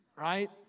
right